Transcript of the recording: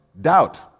doubt